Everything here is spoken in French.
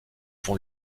vont